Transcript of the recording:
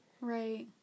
Right